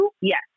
yes